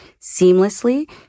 seamlessly